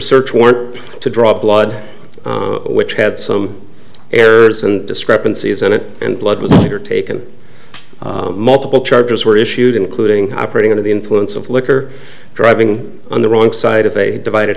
search warrant to draw blood which had some errors and discrepancies in it and blood was undertaken multiple charges were issued including operating under the influence of liquor driving on the wrong side of a divided